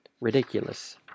ridiculous